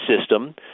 system